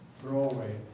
throwaway